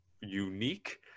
unique